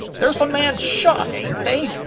there's a man shot, ain't they?